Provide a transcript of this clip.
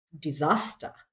disaster